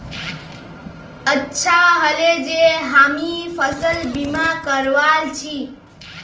अच्छा ह ले जे हामी फसल बीमा करवाल छि